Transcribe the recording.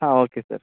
ಹಾಂ okay sir